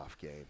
game